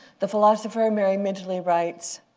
the philosopher mary midgley writes,